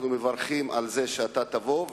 אנחנו מברכים על זה שאתה תבוא,